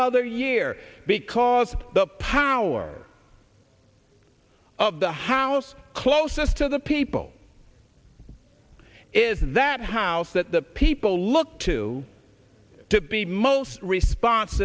other year because the power of the house closest to the people is in that house that the people look to to be most respons